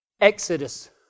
Exodus